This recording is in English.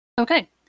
Okay